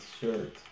shirt